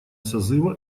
созыва